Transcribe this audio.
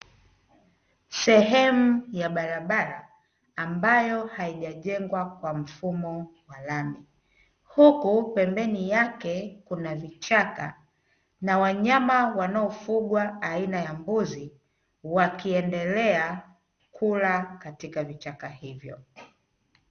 Sehemu ya barabara ambayo haijajengwa kwa mfumo wa lami, huku pembeni yake kuna vichaka na wanyama wanaofugwa aina ya mbuzi wakiendelea kula katika vichaka hivyo.